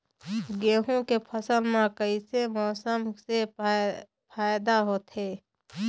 गेहूं के फसल म कइसे मौसम से फायदा होथे?